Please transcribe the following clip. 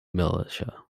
militia